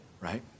right